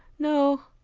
no,